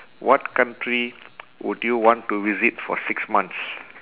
what country would you want to visit for six months